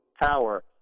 power